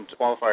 qualifiers